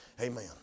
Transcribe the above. Amen